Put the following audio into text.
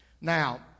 Now